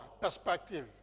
perspective